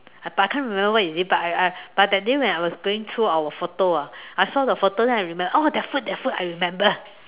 uh but I can't remember what is it but I I but that day when I was going through our photo ah I saw the photo then I remember oh that food that food I remember